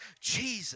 Jesus